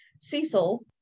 Cecil